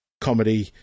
comedy